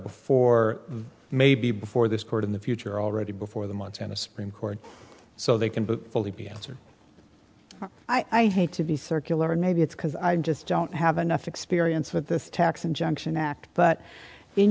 before maybe before this court in the future already before the montana supreme court so they can but fully be answered i hate to be circular nabi it's because i just don't have enough experience with this tax injunction act but in